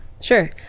Sure